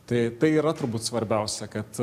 tai tai yra turbūt svarbiausia kad